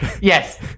Yes